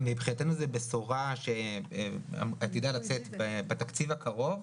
מבחינתנו זו בשורה שעתידה לצאת בתקציב הקרוב.